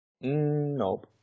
Nope